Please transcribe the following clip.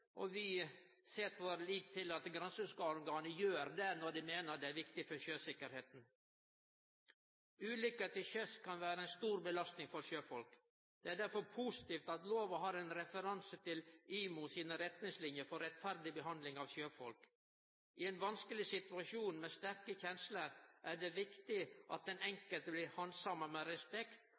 Vi set vår lit til at granskingsorganet gjer det når det meiner det er viktig for sjøsikkerheita. Ulykker til sjøs kan vere ei stor belasting for sjøfolk. Det er derfor positivt at lova har ein referanse til IMO sine retningslinjer for rettferdig behandling av sjøfolk. I ein vanskeleg situasjon med sterke kjensler er det viktig at den enkelte blir handsama med respekt,